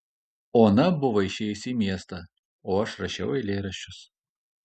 ona buvo išėjusi į miestą o aš rašiau eilėraščius